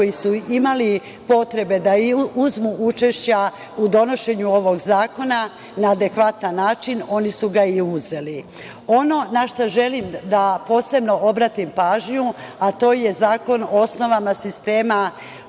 koji su imali potrebe da uzmu učešća u donošenju ovog zakona na adekvatan način, oni su ga i uzeli. Ono na šta posebno želim da obratim pažnju, a to je Zakon o osnovama sistema